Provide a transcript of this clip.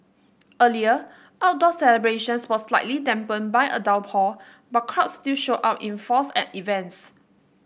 earlier outdoor celebrations were slightly dampened by a downpour but crowds still showed up in force at events